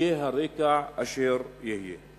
יהיה הרקע אשר יהיה.